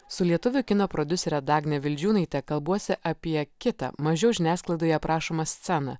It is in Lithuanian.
su lietuvių kino prodiusere dagne vildžiūnaite kalbuosi apie kitą mažiau žiniasklaidoje aprašomą sceną